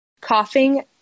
Coughing